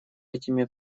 этими